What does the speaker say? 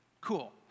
Cool